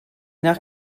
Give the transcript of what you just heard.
nach